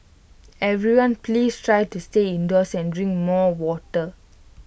everyone please try to stay indoors and drink more water